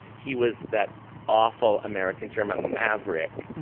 he was that awful american term a maverick.